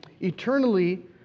eternally